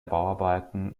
bauarbeiten